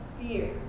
fear